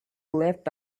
left